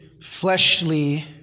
fleshly